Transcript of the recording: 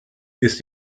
ist